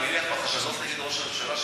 אני מניח בחשדות נגד ראש הממשלה,